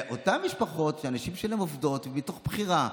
ואותן משפחות שהנשים שם עובדות מתוך בחירה,